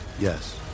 Yes